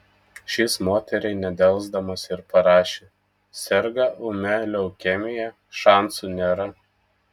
šis moteriai nedelsdamas ir parašė serga ūmia leukemija šansų nėra